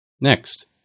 Next